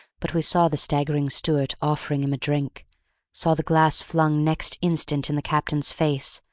but we saw the staggering steward offering him a drink saw the glass flung next instant in the captain's face,